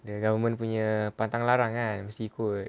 the government punya pantang larang kan mesti ikut